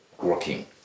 working